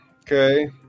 Okay